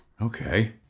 Okay